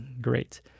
great